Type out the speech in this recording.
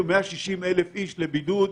לבידוד.